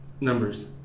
numbers